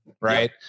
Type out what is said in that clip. Right